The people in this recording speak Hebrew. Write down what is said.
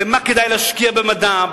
במה כדאי להשקיע במדע,